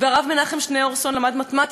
הרב מנחם מנדל שניאורסון למד מתמטיקה,